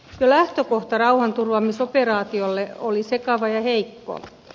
jo lähtökohta rauhanturvaamisoperaatiolle oli sekava ja heikko